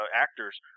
actors